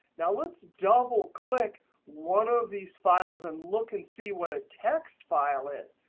now, lets double click one of these files and look and see what a text file is.